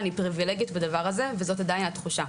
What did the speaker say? אני פריבילגית בדבר הזה וזו עדיין התחושה.